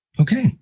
Okay